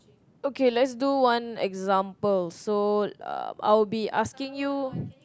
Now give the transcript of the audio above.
okay let's do one example so I'll be asking you